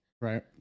right